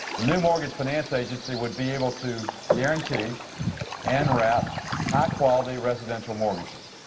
the new mortgage finance agency would be able to guarantee and wrap high quality residential mortgages.